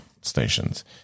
stations